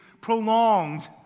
prolonged